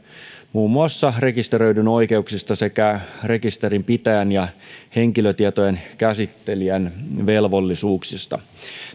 muun muassa rekisteröidyn oikeuksista sekä rekisterinpitäjän ja henkilötietojen käsittelijän velvollisuuksista